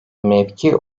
mevki